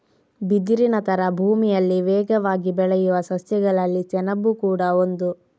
ಬಿದಿರಿನ ತರ ಭೂಮಿಯಲ್ಲಿ ವೇಗವಾಗಿ ಬೆಳೆಯುವ ಸಸ್ಯಗಳಲ್ಲಿ ಸೆಣಬು ಕೂಡಾ ಒಂದು